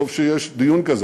טוב שיש דיון כזה,